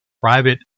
Private